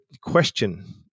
question